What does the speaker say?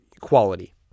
quality